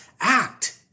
act